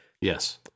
Yes